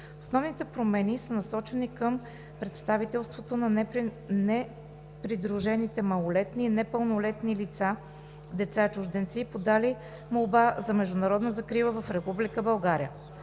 Основните промени са насочени към представителството на непридружените малолетни и непълнолетни деца чужденци, подали молба за международна закрила в Република